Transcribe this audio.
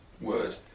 word